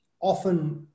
often